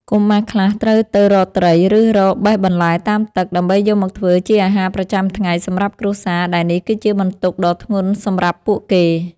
កុមារខ្លះត្រូវទៅរកត្រី ឬរកបេះបន្លែតាមទឹក ដើម្បីយកមកធ្វើជាអាហារប្រចាំថ្ងៃសម្រាប់គ្រួសារ ដែលនេះគឺជាបន្ទុកដ៏ធ្ងន់សម្រាប់ពួកគេ។